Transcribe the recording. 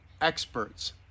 experts